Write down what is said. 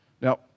Now